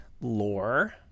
lore